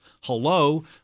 hello